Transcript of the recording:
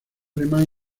alemán